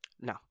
No